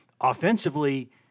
offensively